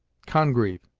congreve,